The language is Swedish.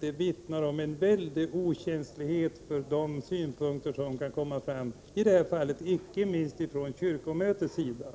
Det vittnar om en väldig okänslighet för de synpunkter som kan komma fram, i det här fallet inte minst från kyrkomötets sida.